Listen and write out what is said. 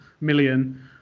million